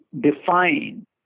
define